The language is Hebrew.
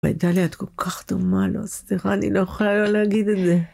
וואי, טלי, את כל כך דומה, לא סליחה, אני לא יכולה לא להגיד את זה.